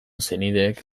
senideek